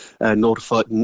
notified